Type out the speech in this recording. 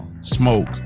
smoke